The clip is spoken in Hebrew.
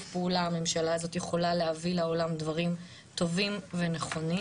פעולה הממשלה הזאת יכולה להביא לעולם דברים טובים ונכונים,